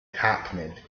hackneyed